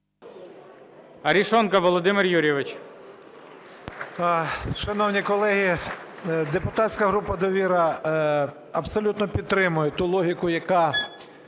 депутатська група "Довіра" абсолютно підтримує ту логіку, яка